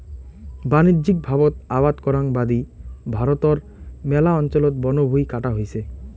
বাণিজ্যিকভাবত আবাদ করাং বাদি ভারতর ম্যালা অঞ্চলত বনভুঁই কাটা হইছে